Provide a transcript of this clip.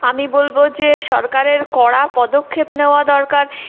আমি বলবো যে সরকারের কড়া পদক্ষেপ নেওয়া দরকার